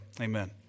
Amen